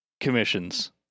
commissions